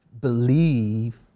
believe